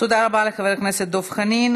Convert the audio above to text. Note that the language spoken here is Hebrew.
תודה רבה לחבר הכנסת דב חנין.